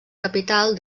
capital